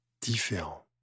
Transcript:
différent